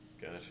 Gotcha